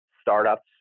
startups